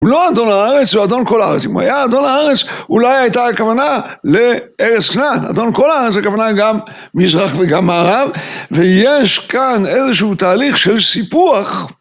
הוא לא אדון הארץ, הוא אדון כל הארץ. אם היה "אדון הארץ" אולי הייתה הכוונה לארץ כנען, "אדון כל הארץ" הכוונה גם מזרח וגם מערב, ויש כאן איזשהו תהליך של סיפוח